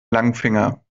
langfinger